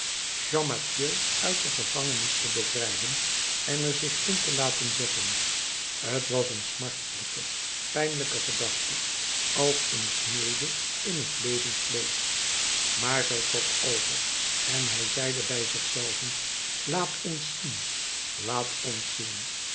champmathieu uit de gevangenis te bevrijden en er zich in te laten zetten t was een smartelijke pijnlijke gedachte als een snede in het levend vleesch maar zij trok over en hij zeide bij zich zelven laat ons zien laat ons zien